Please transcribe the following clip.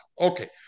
Okay